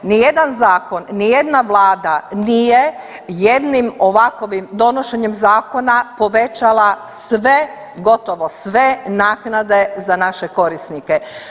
Nijedan zakon, nijedna vlada nije jednim ovakovim donošenjem zakona povećala sve, gotovo sve naknade za naše korisnike.